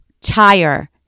tire